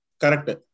Correct